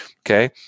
okay